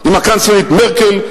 עם הקנצלרית מרקל,